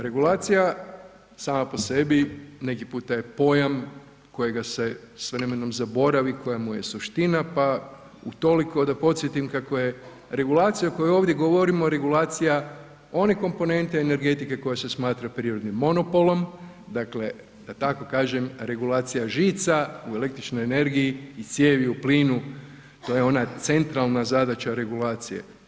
Regulacija sama po sebi neki puta je pojam kojega se s vremenom zaboravi, koja mu je suština pa utoliko je da podsjetim kako je regulacija koja ovdje govorimo, regulacija one komponente energetike koja se smatram prirodnim monopolom, dakle da tako kažem, regulacija žica u električnoj energiji i cijevi u plinu, to je ona centralna zadaća regulacije.